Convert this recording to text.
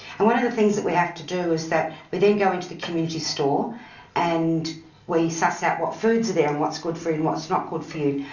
and one of the things that we have to do is that we then go into the community store and we suss out what foods are there and what's good for you and what's not good for you.